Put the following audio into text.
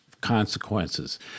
consequences